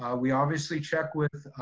ah we obviously check with,